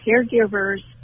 caregivers